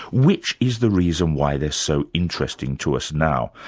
which is the reason why they're so interesting to us now.